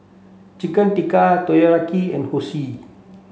Chicken Tikka Takoyaki and Zosui